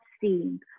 seeing